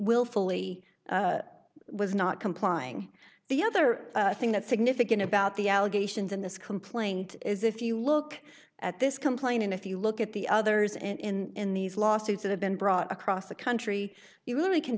willfully was not complying the other thing that's significant about the allegations in this complaint is if you look at this complaint and if you look at the others and in in these lawsuits that have been brought across the country you really can